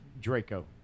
draco